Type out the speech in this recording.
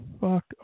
fuck